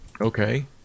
Okay